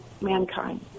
mankind